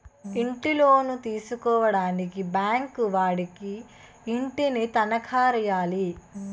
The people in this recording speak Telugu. ఇంటిలోను తీసుకోవడానికి బ్యాంకు వాడికి ఇంటిని తనఖా రాయాలి